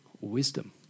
wisdom